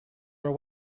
are